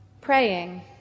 praying